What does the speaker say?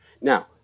Now